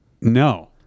No